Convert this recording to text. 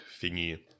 thingy